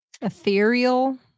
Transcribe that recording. Ethereal